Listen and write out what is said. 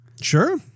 Sure